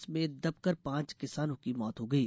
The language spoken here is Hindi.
इसमें दबकर पांच किसानों की मौत हो गयी